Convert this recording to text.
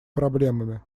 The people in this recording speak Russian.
проблемами